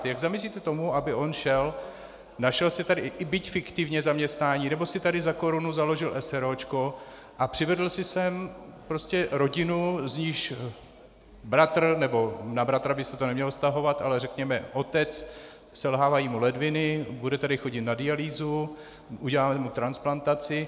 Jak zamezíte tomu, aby on šel, našel si tady i byť fiktivně zaměstnání nebo si tady za korunu založil eseročko a přivedl si sem rodinu, z níž bratr, nebo na bratra by se to nemělo vztahovat, ale řekněme otec, selhávají mu ledviny, bude tady chodit na dialýzu, uděláme mu transplantaci.